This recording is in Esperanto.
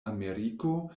ameriko